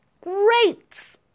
great